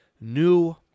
new